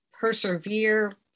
persevere